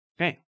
Okay